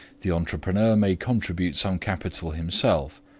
the entrepreneur may contribute some capital himself,